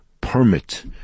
permit